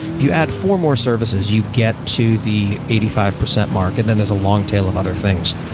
if you add four more services, you get to the eighty five percent market, then there's a long tail of other things.